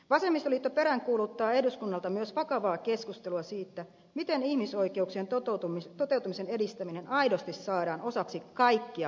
vasemmistoliitto peräänkuuluttaa eduskunnalta myös vakavaa keskustelua siitä miten ihmisoikeuksien toteutumisen edistäminen aidosti saadaan osaksi kaikkia politiikan lohkojamme